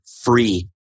free